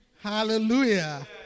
Hallelujah